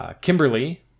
Kimberly